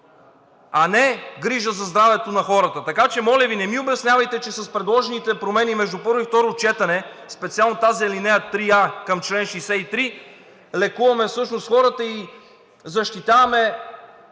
а не е грижа за здравето на хората. Така че, моля Ви, не ми обяснявайте, че с предложените промени между първо и второ четене и специално тази алинея 3а към чл. 63 лекуваме всъщност хората и защитаваме